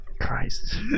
Christ